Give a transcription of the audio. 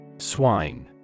Swine